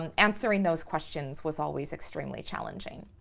um answering those questions was always extremely challenging.